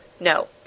No